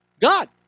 God